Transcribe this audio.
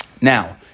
now